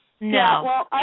No